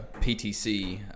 PTC